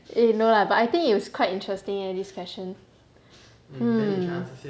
eh no lah but I think it was quite interesting leh this question hmm